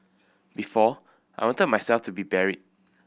before I wanted myself to be buried